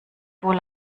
wohl